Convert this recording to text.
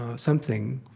ah something.